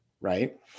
right